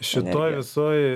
šitoj visoj